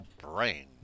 brain